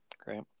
great